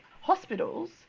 hospitals